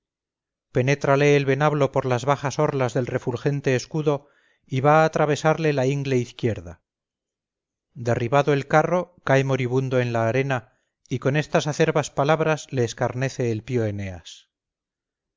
pelear penétrale el venablo por las bajas orlas del refulgente escudo y va a atravesarle la ingle izquierda derribado el carro cae moribundo en la arena y con estas acerbas palabras le escarnece el pío eneas